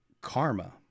karma